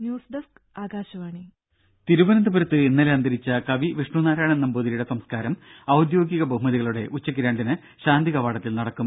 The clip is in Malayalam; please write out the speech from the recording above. ന്യൂസ് ഡെസ്ക് ആകാശവാണി രും തിരുവനന്തപുരത്ത് ഇന്നലെ അന്തരിച്ച കവി വിഷ്ണു നാരായണൻ നമ്പൂതിരിയുടെ സംസ്കാരം ഔദ്യോഗിക ബഹുമതികളോടെ ഉച്ചയ്ക്ക് രണ്ടിന് ശാന്തി കവാടത്തിൽ നടക്കും